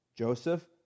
Joseph